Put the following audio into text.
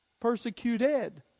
persecuted